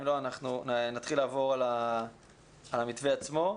אם לא אנחנו נתחיל לעבור על המתווה עצמו.